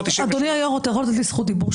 אדוני היו"ר, אתה יכול לתת לי זכות דיבור?